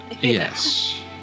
Yes